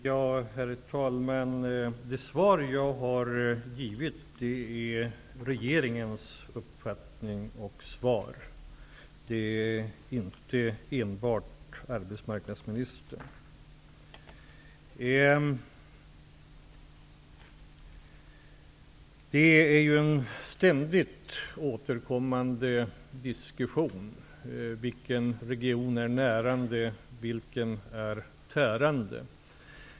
Herr talman! Det svar som jag har gett är regeringens uppfattning och svar och inte enbart arbetsmarknadsministerns. Det förs en ständigt återkommande diskussion om vilka regioner som är närande och vilka som är tärande.